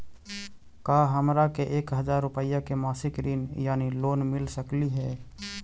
का हमरा के एक हजार रुपया के मासिक ऋण यानी लोन मिल सकली हे?